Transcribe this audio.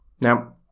Now